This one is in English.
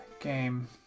game